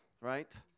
right